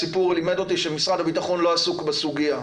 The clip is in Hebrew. הסיפור לימד אותי שמשרד הביטחון לא עסוק בסוגיה.